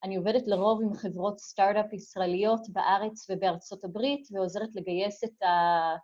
אני עובדת לרוב עם חברות סטארט-אפ ישראליות בארץ ובארצות הברית ועוזרת לגייס את ה...